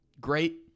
Great